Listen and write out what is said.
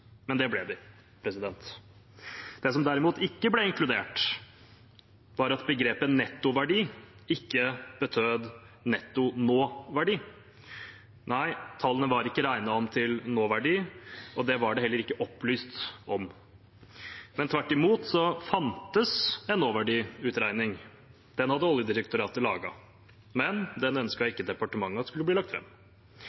men det ble de. Det som derimot ikke ble inkludert, var at begrepet nettoverdi ikke betød netto nåverdi. Nei, tallene var ikke regnet om til nåverdi, og det var det heller ikke opplyst om. Tvert imot fantes en nåverdiutregning, som Oljedirektoratet hadde laget, men den